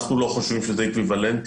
אנחנו לא חושבים שזה אקוויוולנטי.